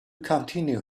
continue